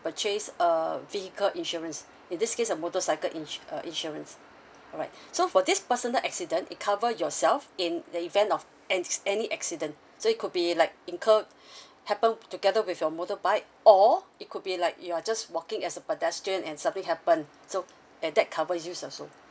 purchase a vehicle insurance in this case a motorcycle insur~ uh insurance alright so for this personal accident it cover yourself in the event of an any accident so it could be like incurred happened together with your motorbike or it could be like you are just walking as a pedestrian and something happened so and that cover you also